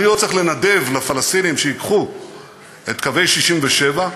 אני לא צריך לנדב לפלסטינים, שייקחו את קווי 67',